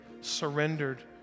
surrendered